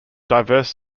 diverse